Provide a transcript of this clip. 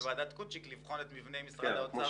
ועדת קוצי'ק לבחון את מבני משרד האוצר.